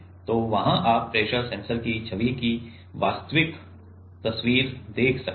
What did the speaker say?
तो वहां आप प्रेशर सेंसर की छवि की वास्तविक तस्वीर देख सकते हैं